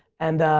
and,